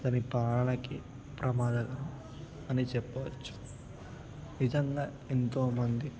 అతని ప్రాణాలకి ప్రమాదకరం అని చెప్పవచ్చు నిజంగా ఎంతోమంది